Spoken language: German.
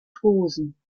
hosen